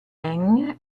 anne